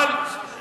ממש לא.